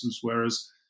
whereas